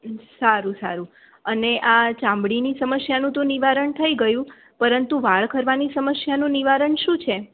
સારું સારું અને આ ચામડીની સમસ્યાનું તો નિવારણ થઈ ગયું પરંતુ વાળ ખરવાની સમસ્યાનું નિવારણ શું છે